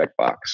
checkbox